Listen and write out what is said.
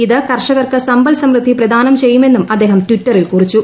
ഇത് കർഷകർക്ക് സമ്പൽ സമൃദ്ധി പ്രധാനം ചെയ്യുമെന്നും അദ്ദേഹം ടിറ്ററിൽ കുറിച്ചു